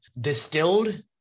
distilled